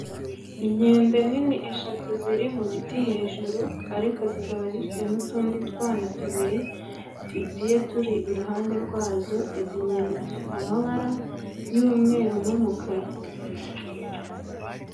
Inkende nini eshatu ziri mu biti hejuru, ariko zikaba zifite n'utundi twana tubiri tugiye turi iruhande rwazo, izi nkende zifite amabara y'umweru n'umukara.